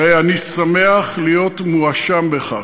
הרי אני שמח להיות מואשם בכך.